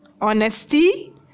honesty